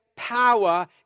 Power